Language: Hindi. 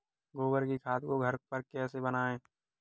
गोबर की खाद को घर पर कैसे बनाएँ?